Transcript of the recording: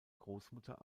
großmutter